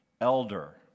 elder